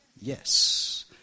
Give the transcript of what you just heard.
yes